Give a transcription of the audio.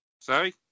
Sorry